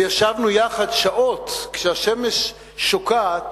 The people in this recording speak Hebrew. וישבנו יחד שעות כשהשמש שוקעת